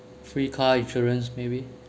free car insurance maybe